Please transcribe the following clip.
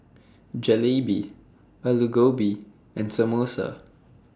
Jalebi Alu Gobi and Samosa